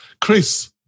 Chris